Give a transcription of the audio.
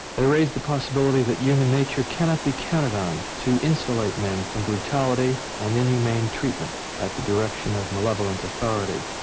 they raised the possibility that human nature cannot be counted on to insulate men from brutality and inhumane treatment at the direction of malevolent authority.